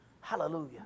Hallelujah